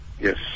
Yes